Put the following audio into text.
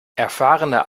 erfahrene